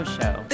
Show